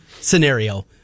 scenario